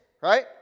Right